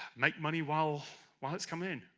make money while while it's coming in,